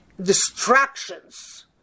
distractions